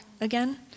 again